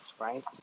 right